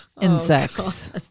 insects